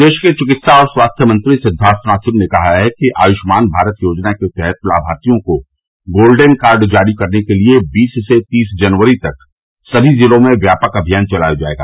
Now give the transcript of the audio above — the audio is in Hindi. प्रदेश के चिकित्सा और स्वास्थ्य मंत्री सिद्वार्थनाथ सिंह ने कहा है कि आयुष्मान भारत योजना के तहत लाभार्थियों को गोल्डन कार्ड जारी करने के लिये बीस से तीस जनवरी तक सभी ज़िलों में व्यापक अभियान चलाया जायेगा